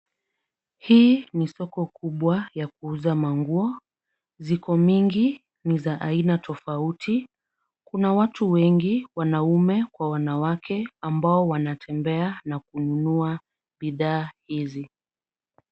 Hii ni soko kubwa ya kuuza manguo. Ziko mingi ni za aina tofauti. Kuna watu wengi, wanaume kwa wanawake ambao wanatembea na kununua bidhaa hizi.